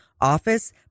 office